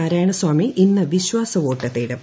നാരായണ സ്വാമി ഇന്ന് വിശ്വാസവോട്ട് തേടും